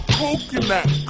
coconut